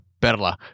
perla